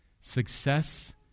success